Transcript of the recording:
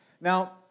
Now